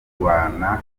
kurwana